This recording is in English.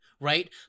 right